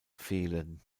fehlen